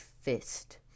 fist